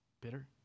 bitter